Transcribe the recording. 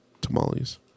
tamales